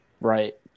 Right